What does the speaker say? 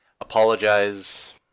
Apologize